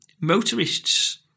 motorists